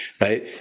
right